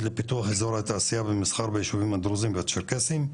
לפיתוח אזור התעשייה והמסחר ביישובים הדרוזים והצ'רקסיים,